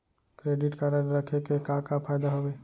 Credit card रखे के का का फायदा हवे?